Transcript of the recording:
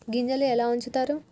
గింజలు ఎలా ఉంచుతారు?